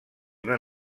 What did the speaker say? una